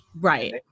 Right